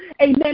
amen